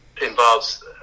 involves